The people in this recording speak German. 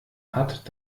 hat